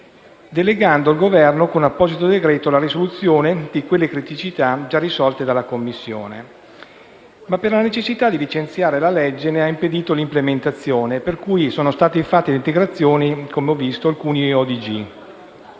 delegando al Governo, con apposito decreto, la risoluzione di quelle criticità già risolte dalla Commissione. Ma la necessità di licenziare la legge ne ha impedito l'implementazione e, pertanto, sono state fatte integrazioni con alcuni